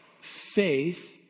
faith